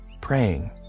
praying